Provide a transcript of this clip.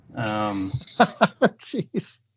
Jeez